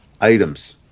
items